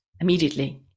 immediately